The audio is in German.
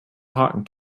haken